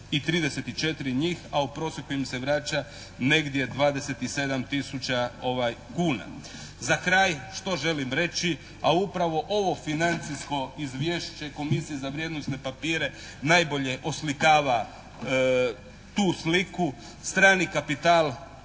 i 34 njih, a u prosjeku im se vraća negdje 27 tisuća kuna. Za kraj što želim reći? A upravo ovo financijsko izvješće komisije za vrijednosne papire najbolje oslikava tu sliku. Strani kapital